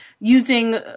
using